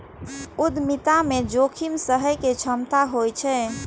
उद्यमिता मे जोखिम सहय के क्षमता होइ छै